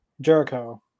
Jericho